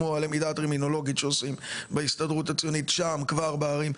כמו למידה טרמינולוגית שעושים בהסתדרות הציונית שם כבר בערים.